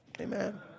amen